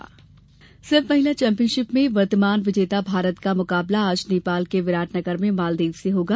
सैफ महिला football SAFF महिला championship में वर्तमान विजेता भारत का मुकाबला आज नेपाल के विराटनगर में मालदीव से होगा